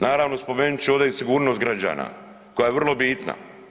Naravno, spomenut ću ovdje i sigurnost građana koja je vrlo bitna.